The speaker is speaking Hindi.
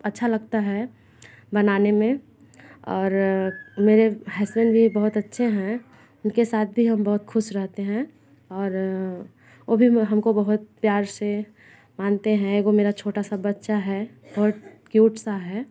अच्छा लगता है बनाने में और मेरे हसबैन्ड भी बहुत अच्छे हैं उनके साथ भी हम बहुत खुश रहते हैं और वो भी हमको बहुत प्यार से मानते है एगो मेरा छोटा सा बच्चा है बहुत क्यूट सा है